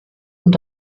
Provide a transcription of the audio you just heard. und